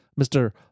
Mr